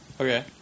Okay